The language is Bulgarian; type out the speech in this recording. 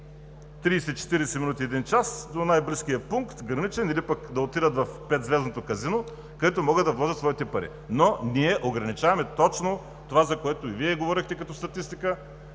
30 – 40 минути или един час до най-близкия граничен пункт, или пък да отидат в петзвездното казино, където могат да вложат своите пари, но ние ограничаваме точно това, за което и Вие говорехте като статистика